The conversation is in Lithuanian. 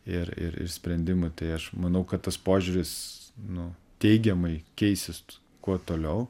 ir ir ir sprendimų tai aš manau kad tas požiūris nu teigiamai keisis kuo toliau